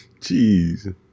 jeez